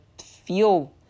feel